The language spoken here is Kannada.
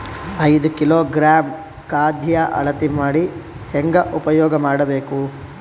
ಐದು ಕಿಲೋಗ್ರಾಂ ಖಾದ್ಯ ಅಳತಿ ಮಾಡಿ ಹೇಂಗ ಉಪಯೋಗ ಮಾಡಬೇಕು?